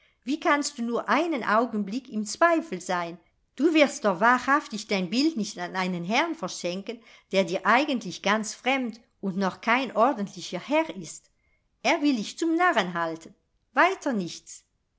wie kannst du nur einen augenblick im zweifel sein du wirst doch wahrhaftig dein bild nicht an einen herrn verschenken der dir eigentlich ganz fremd und noch kein ordentlicher herr ist er will dich zum narren halten weiter nichts